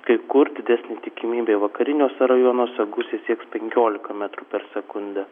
kai kur didesnė tikimybė vakariniuose rajonuose gūsiai sieks penkiolika metrų per sekundę